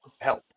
help